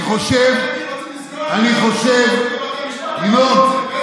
רוצים לסגור, אני חושב, ינון,